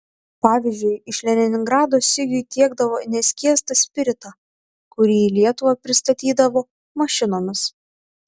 pavyzdžiui iš leningrado sigiui tiekdavo neskiestą spiritą kurį į lietuvą pristatydavo mašinomis